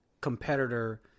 competitor